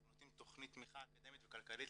אנחנו נותנים תכנית תמיכה אקדמית וכלכלית